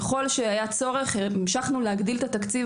ככל שהיה צורך המשכנו להגדיל את התקציב